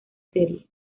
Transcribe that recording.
serie